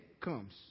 comes